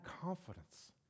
confidence